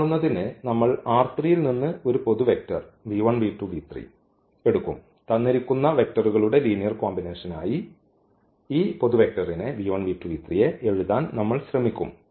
ഇത് കാണുന്നതിന് നമ്മൾ ഈ ൽ നിന്ന് ഒരു പൊതു വെക്റ്റർ എടുക്കും തന്നിരിക്കുന്ന വെക്റ്ററുകളുടെ ലീനിയർ കോമ്പിനേഷൻ ആയി ഈ എഴുതാൻ നമ്മൾ ശ്രമിക്കും